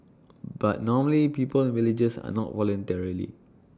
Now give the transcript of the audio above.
but normally people in villages are not